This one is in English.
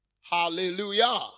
Hallelujah